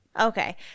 Okay